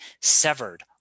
severed